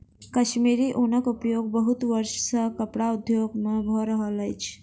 कश्मीरी ऊनक उपयोग बहुत वर्ष सॅ कपड़ा उद्योग में भ रहल अछि